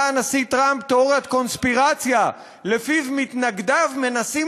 הנשיא טראמפ תיאוריית קונספירציה שלפיה מתנגדיו מנסים